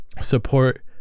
support